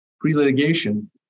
pre-litigation